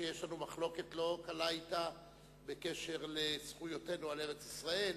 שיש לנו מחלוקת לא קלה אתה בקשר לזכויותינו על ארץ-ישראל,